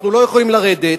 אנחנו לא יכולים לרדת,